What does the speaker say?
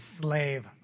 slave